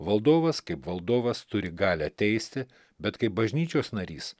valdovas kaip valdovas turi galią teisti bet kaip bažnyčios narys